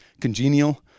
congenial